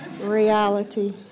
Reality